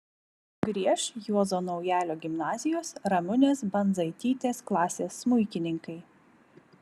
grieš juozo naujalio gimnazijos ramunės bandzaitytės klasės smuikininkai